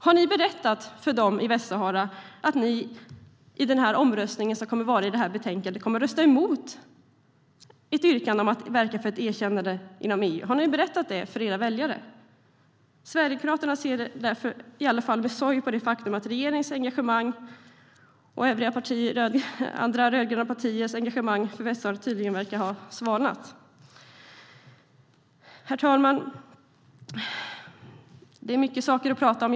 Har ni berättat för dem i Västsahara att ni i den omröstning som kommer att ske om betänkandet kommer att rösta emot ett yrkande om att verka för ett erkännande inom EU? Har ni berättat det för era väljare? Sverigedemokraterna ser i alla fall med sorg på det faktum att regeringens och andra rödgröna partiers engagemang för Västsahara tydligen har svalnat. Herr talman! Det finns många saker att tala om.